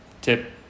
tip